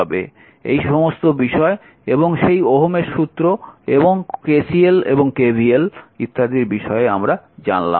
এই সমস্ত বিষয় এবং সেই ওহমের সূত্র এবং KCL এবং KVL ইত্যাদির বিষয়ে জানলাম